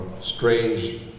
strange